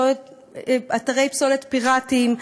אתרי פסולת פיראטיים.